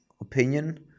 opinion